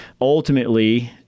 ultimately